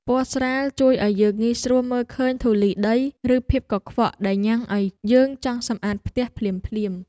ពណ៌ស្រាលជួយឱ្យយើងងាយស្រួលមើលឃើញធូលីដីឬភាពកខ្វក់ដែលញ៉ាំងឱ្យយើងចង់សម្អាតផ្ទះភ្លាមៗ។